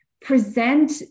present